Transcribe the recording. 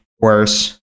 worse